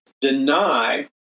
deny